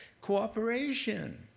cooperation